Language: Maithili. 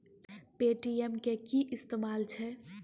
पे.टी.एम के कि इस्तेमाल छै?